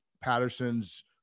Patterson's